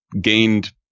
gained